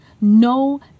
No